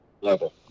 level